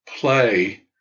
play